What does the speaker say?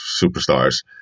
superstars